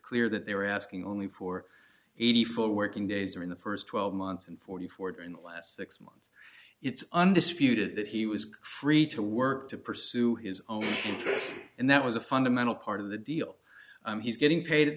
clear that they were asking only for eighty four working days or in the first twelve months and forty four during the last six months it's undisputed that he was free to work to pursue his own and that was a fundamental part of the deal he's getting paid at